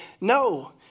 No